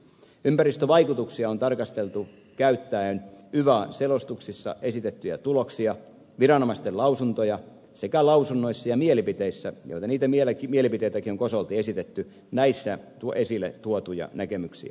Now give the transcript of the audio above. ympäristövaikutuksia on tarkasteltu käyttäen yva selostuksissa esitettyjä tuloksia viranomaisten lausuntoja sekä lausunnoissa ja mielipiteissä mielipiteitäkin on kosolti esitetty esille tuotuja näkemyksiä